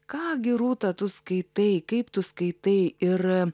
ką gi rūta tu skaitai kaip tu skaitai ir